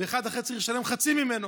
ואחד אחר צריך לשלם חצי ממנו.